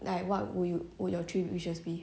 like what would would your three wishes be